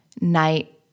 night